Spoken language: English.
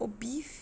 or beef